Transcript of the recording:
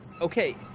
okay